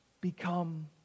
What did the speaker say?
become